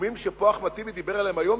בסכומים שאחמד טיבי דיבר עליהם פה היום,